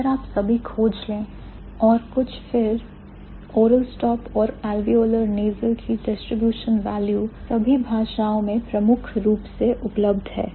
अगर आप सभी खोज लें और कुछ फिर oral stop और alveolar nasal की distribution value सभी भाषाओं में प्रमुख रूप से उपलब्ध है